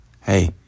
Hey